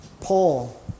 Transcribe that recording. Paul